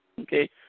Okay